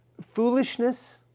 Foolishness